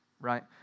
right